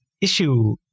issue